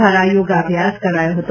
દ્વારા યોગાભ્યાસ કરાયો હતો